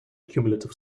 cumulative